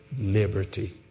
liberty